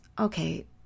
okay